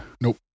Nope